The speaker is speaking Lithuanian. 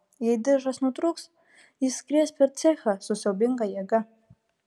jei diržas nutrūks jis skries per cechą su siaubinga jėga